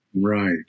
Right